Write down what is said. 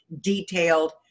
detailed